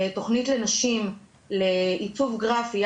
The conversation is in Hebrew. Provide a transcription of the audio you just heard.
תכנית לנשים לעיצוב גרפי,